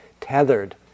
tethered